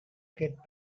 get